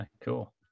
Cool